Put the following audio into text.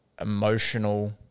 emotional